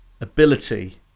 ability